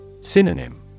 Synonym